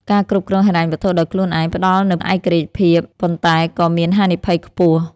ការគ្រប់គ្រងហិរញ្ញវត្ថុដោយខ្លួនឯង ផ្តល់នូវឯករាជ្យភាព ប៉ុន្តែក៏មានហានិភ័យខ្ពស់។